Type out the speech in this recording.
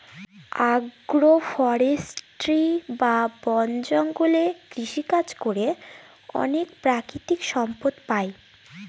আগ্র ফরেষ্ট্রী বা বন জঙ্গলে কৃষিকাজ করে অনেক প্রাকৃতিক সম্পদ পাই